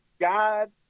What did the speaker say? God